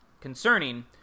concerning